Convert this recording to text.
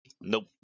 Nope